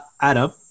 Adam